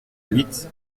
huit